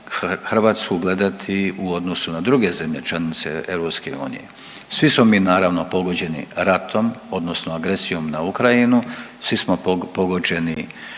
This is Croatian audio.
Hrvatsku gledati u odnosu na druge zemlje članice EU. Svi smo mi naravno pogođeni ratom, odnosno agresijom na Ukrajinu, svi smo pogođeni